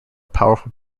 powerful